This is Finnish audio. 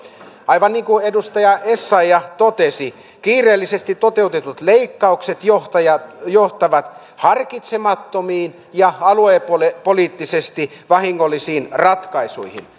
aivan niin kuin edustaja essayah totesi kiireellisesti toteutetut leikkaukset johtavat harkitsemattomiin ja aluepoliittisesti vahingollisiin ratkaisuihin